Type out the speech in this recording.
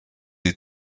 die